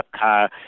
car